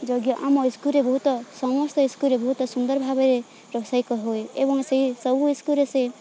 ଯୋଗ୍ୟ ଆମ ସ୍କୁଲ୍ରେ ବହୁତ ସମସ୍ତ ସ୍କୁଲ୍ରେ ବହୁତ ସୁନ୍ଦର ଭାବରେ ରୋଷେଇ ହୁଏ ଏବଂ ସେଇ ସବୁ ସ୍କୁଲ୍ରେ ସେ